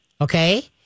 okay